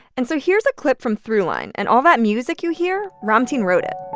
and so here's a clip from throughline. and all that music you hear, ramtin wrote it